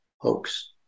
hoax